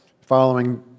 following